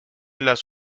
las